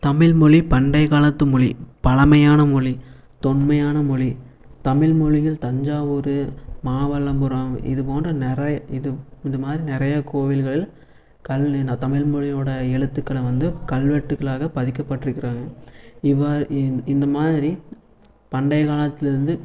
தமிழ் மொழி பண்டைய காலத்து மொழி பழமையான மொழி தொன்மையான மொழி தமிழ்மொழியில் தஞ்சாவூர் மாமல்லபுரம் இதுபோன்ற நிறை இது மாதிரி நிறைய கோவில்கள் கல்லு தமிழ்மொழியோடய எழுத்துக்கள வந்து கல்வெட்டுக்களாக பதிக்கப்பட்டுக்குறாங்க இவ்வாறு இ இந்த மாதிரி பண்டைய காலத்திலருந்து